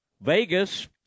Vegas